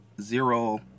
zero